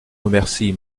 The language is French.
remercie